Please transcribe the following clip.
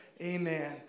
Amen